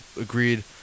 agreed